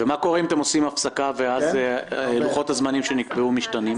ומה קורה אם אתם עושים הפסקה ואז לוחות הזמנים שנקבעו משתנים?